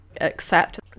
accept